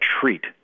treat